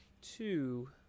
two